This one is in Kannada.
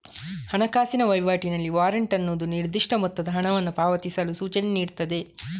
ಹಣಕಾಸಿನ ವೈವಾಟಿನಲ್ಲಿ ವಾರೆಂಟ್ ಅನ್ನುದು ನಿರ್ದಿಷ್ಟ ಮೊತ್ತದ ಹಣವನ್ನ ಪಾವತಿಸಲು ಸೂಚನೆ ನೀಡ್ತದೆ